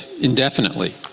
indefinitely